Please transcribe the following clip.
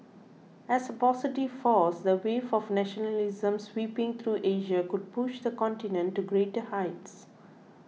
as a positive force the wave of nationalism sweeping through Asia could push the continent to greater heights